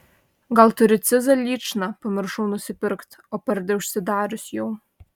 gal turi cizą lyčną pamiršau nusipirkt o pardė užsidarius jau